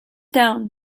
down